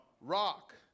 rock